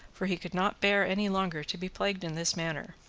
for he could not bear any longer to be plagued in this manner.